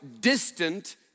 distant